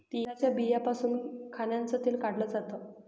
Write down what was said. तिळाच्या बियांपासून खाण्याचं तेल काढल जात